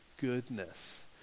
goodness